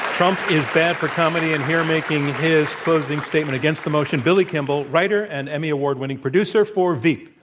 trump is bad for comedy. and here making his closing statement against the motion, billy kimball, writer and emmy award-winning producer for veep.